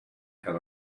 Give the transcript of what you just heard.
had